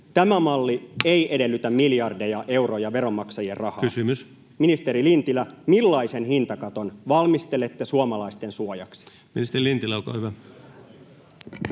koputtaa] ei edellytä miljardeja euroja veronmaksajien rahaa. [Puhemies: Kysymys!] Ministeri Lintilä, millaisen hintakaton valmistelette suomalaisten suojaksi? [Speech 239] Speaker: